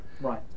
Right